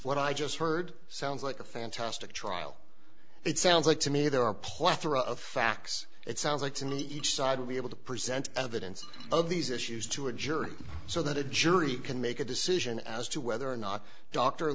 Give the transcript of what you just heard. what i just heard sounds like a fantastic trial it sounds like to me there are platter of facts it sounds like to me each side will be able to present evidence of these issues to a jury so that a jury can make a decision as to whether or not dr